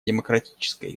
демократической